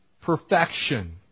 perfection